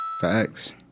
Facts